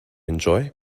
enjoy